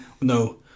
No